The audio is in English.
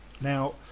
Now